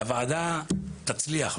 והוועדה תצליח,